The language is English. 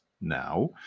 now